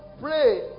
pray